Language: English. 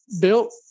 built